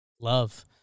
Love